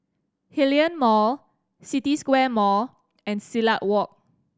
Hillion Mall City Square Mall and Silat Walk